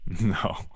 No